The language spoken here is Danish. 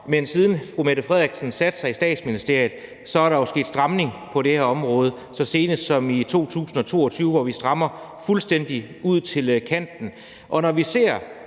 at siden fru Mette Frederiksen satte sig i Statsministeriet, er der jo sket stramninger på det her område, senest i 2022, hvor vi har strammet fuldstændig ud til kanten.